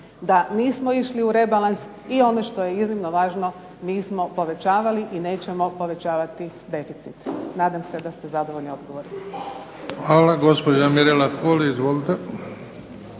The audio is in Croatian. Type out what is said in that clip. da nismo išli u rebalans, i ono što je iznimno važno nismo povećavali i nećemo povećavati deficit. Nadam se da ste zadovoljni odgovorom. **Bebić, Luka (HDZ)** Hvala. Gospođa Mirela Holy. Izvolite.